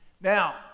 Now